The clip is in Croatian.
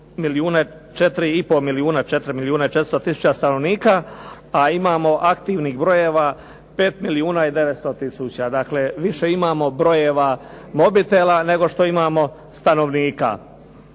400 tisuća stanovnika, a imamo aktivnih brojeva 5 milijuna i 900 tisuća. Dakle, više imamo brojeva mobitela, nego što imamo stanovnika.